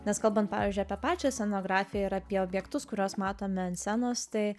nes kalbant pavyzdžiui apie pačią scenografiją ir apie objektus kuriuos matome ant scenos tai